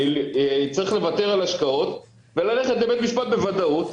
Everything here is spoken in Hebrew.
אני צריך לוותר על השקעות וללכת לבית משפט בוודאות.